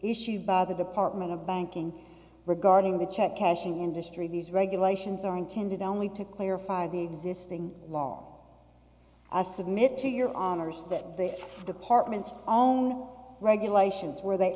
issued by the department of banking regarding the check cashing industry these regulations are intended only to clarify the existing law i submit to your honor's that the department's own regulations where they